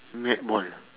netball